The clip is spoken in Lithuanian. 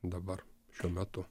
dabar šiuo metu